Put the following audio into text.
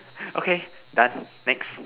okay done next